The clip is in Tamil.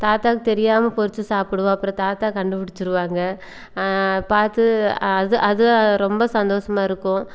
தாத்தாவுக்கு தெரியாமல் பறித்து சாப்பிடுவோம் அப்புறம் தாத்தா கண்டுபிடுச்சிருவாங்க பார்த்து அது அது ரொம்ப சந்தோசமாக இருக்கும்